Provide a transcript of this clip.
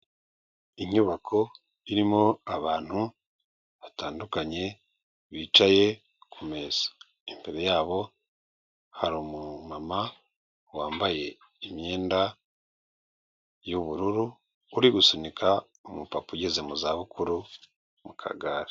Inyubako irimo abantu batandukanye bicaye kumezaeza, imbere yabo hari umumama wambaye imyenda y'ubururu, uri gusunika umupapa ugeze mu za bukuru mu kagara.